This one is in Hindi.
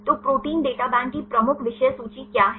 तो प्रोटीन डाटा बैंक की प्रमुख विषय सूची क्या हैं